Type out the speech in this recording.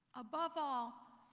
above all,